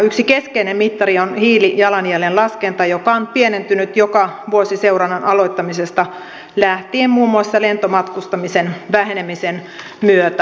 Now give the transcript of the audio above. yksi keskeinen mittari on hiilijalanjäljen laskenta hiilijalanjälki on pienentynyt joka vuosi seurannan aloittamisesta lähtien muun muassa lentomatkustamisen vähenemisen myötä